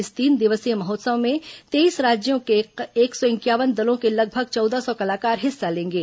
इस तीन दिवसीय महोत्सव में तेईस राज्यों के एक सौ इंक्यावन दलों के लगभग चौदह सौ कलाकार हिस्सा लेंगे